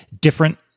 different